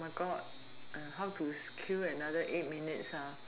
err how to kill another eight minutes ah ha